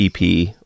EP